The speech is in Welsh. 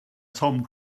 tom